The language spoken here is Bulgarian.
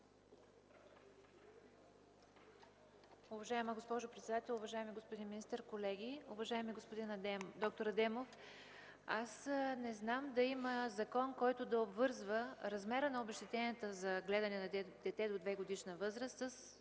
Уважаема госпожо председател, уважаеми господин министър, колеги! Доктор Адемов, аз не знам да има закон, който да обвързва размера на обезщетенията за гледане на дете до двегодишна възраст с